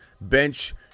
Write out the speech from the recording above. Bench